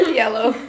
yellow